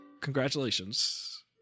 congratulations